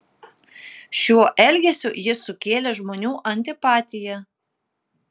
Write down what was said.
šiuo elgesiu jis sukėlė žmonių antipatiją